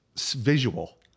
visual